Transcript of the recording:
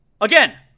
Again